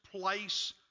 place